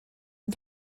and